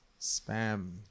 spam